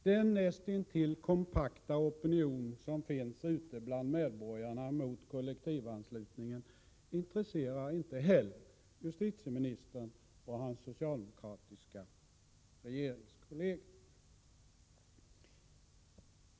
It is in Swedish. Den näst intill kompakta opinion som finns ute bland medborgarna mot kollektivanslutningen intresserar inte heller justitieministern och hans socialdemokratiska regeringskollegor.